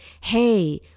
Hey